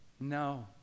no